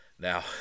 Now